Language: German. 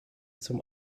zum